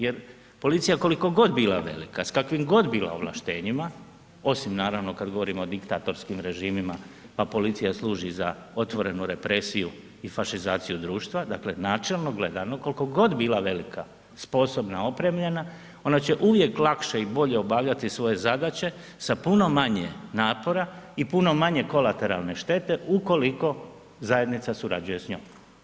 Jer, policija, koliko god bila velika, s kakvim god bila ovlaštenjima, osim naravno, kad govorimo o diktatorskim režimima, pa policija služi za otvorenu represiju i fašizaciju društva, dakle, načelno gledano, koliko god bila velika, sposobna, opremljena, ona će uvijek lakše i bolje obavljati svoje zadaće sa puno manje napora i puno manje kolateralne štete ukoliko zajednica surađuje s njom.